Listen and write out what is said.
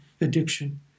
addiction